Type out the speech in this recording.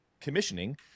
commissioning